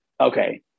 Okay